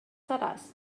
seràs